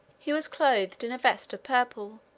he was clothed in a vest of purple,